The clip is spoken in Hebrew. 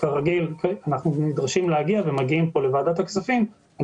כרגיל אנחנו נדרשים להגיע ומגיעים לוועדת הכספים על